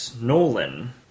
Nolan